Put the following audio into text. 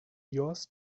yours